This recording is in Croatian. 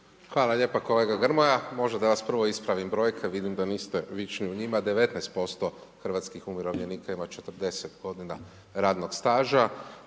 Hvala lijepo kolega Grmoja, možda da vas prvo ispravim, brojka vidim da niste pričaju o njemu, 19% hrvatskih umirovljenika ima 40 g. radnog staža,